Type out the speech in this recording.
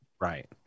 right